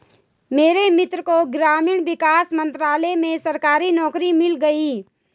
मेरे मित्र को ग्रामीण विकास मंत्रालय में सरकारी नौकरी मिल गई